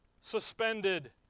suspended